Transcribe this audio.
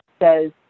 says